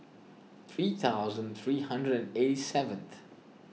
three thousand three hundred and eighty seventh